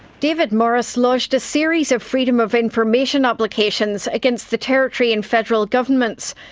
david morris lodged a series of freedom of information applications against the territory and federal governments,